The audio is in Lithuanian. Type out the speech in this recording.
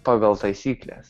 pagal taisykles